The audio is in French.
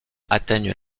atteignent